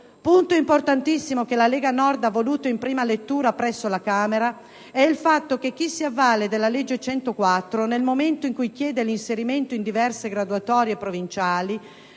Punto importantissimo, che la Lega Nord ha voluto in prima lettura presso la Camera, è il fatto che chi si avvale della legge n. 104 del 1992 nel momento in cui chiede l'inserimento in diverse graduatorie provinciali